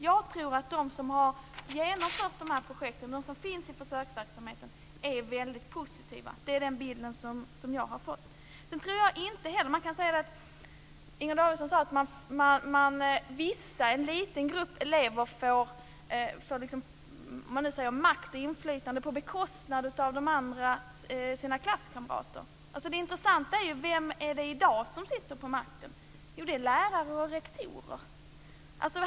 Jag tror att de som har genomfört dessa projekt, de som finns i försöksverksamheten, är väldigt positiva. Det är den bild som jag har fått. Inger Davidson sade att en liten grupp elever får makt och inflytande på bekostnad av sina klasskamrater. Det intressanta är ju vem som i dag har makten. Jo, det är lärare och rektorer.